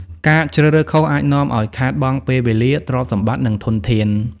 ការជ្រើសរើសខុស អាចនាំឱ្យខាតបង់ពេលវេលា ទ្រព្យសម្បត្តិ និងធនធាន។